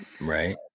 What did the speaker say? Right